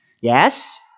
Yes